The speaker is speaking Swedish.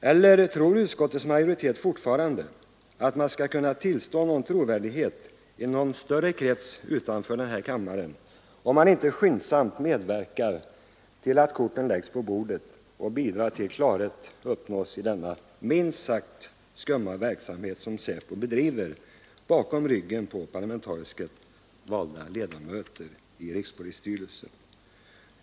Eller tror utskottets majoritet fortfarande att man skall kunna ge intryck av trovärdighet i några större kretsar utanför den här kammaren, om man inte skyndsamt medverkar till att korten läggs på bordet och bidrar till att klarhet uppnås i denna minst sagt skumma verksamhet, som SÄPO bedriver bakom ryggen på parlamentariskt valda ledamöter i rikspolisstyrelsen?